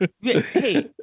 Hey